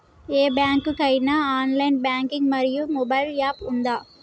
ఏ bank కి ఐనా online banking మరియు మొబైల్ యాప్ ఉందా?